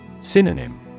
Synonym